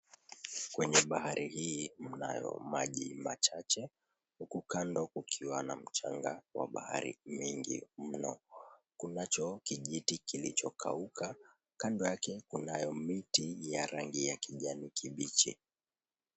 Kwenye bahari hii mnayo maji machache huku kando kukiwa na mchanga wa bahari mingi mno. Kunacho kijiti kilicho kauka, kando yake miti ya rangi ya kijani kibichi.